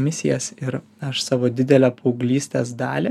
misijas ir aš savo didelę paauglystės dalį